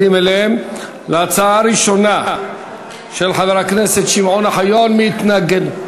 להצעה הראשונה של חבר הכנסת שמעון אוחיון מתנגד,